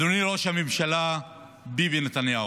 אדוני ראש הממשלה ביבי נתניהו,